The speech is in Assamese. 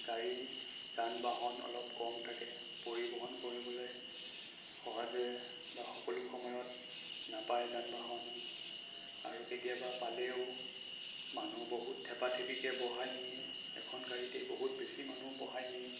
গাড়ী যান বাহন অলপ কম থাকে পৰিবহন কৰিবলে সহজে বা সকলো সময়ত নাপায় যান বাহন আৰু কেতিয়াবা পালেও মানুহ বহুত থেপাথেপিকৈ বহাই নিয়ে এখন গাড়ীতেই বহুত বেছি মানুহ বহাই নিয়ে